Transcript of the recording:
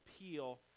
appeal